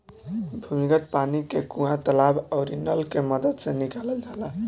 भूमिगत पानी के कुआं, तालाब आउरी नल के मदद से निकालल जाला